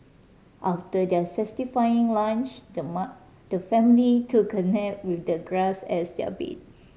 after their satisfying lunch the the family took a nap with the grass as their bed